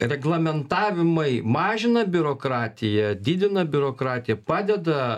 reglamentavimai mažina biurokratiją didina biurokratiją padeda